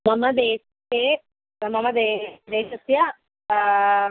मम देशे मम देशं देशस्य